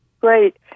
great